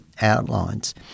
outlines